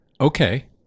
Okay